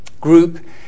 group